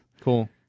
cool